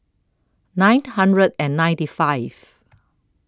nine hundred and ninety five